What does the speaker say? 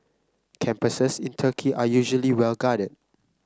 campuses in Turkey are usually well guarded